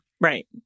Right